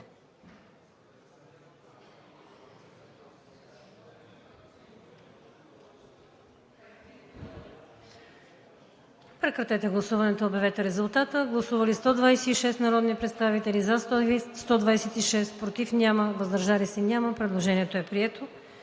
прекратете гласуването и обявете резултата. Гласували 101 народни представители, за 87, против няма и въздържали се 14. Предложението е прието.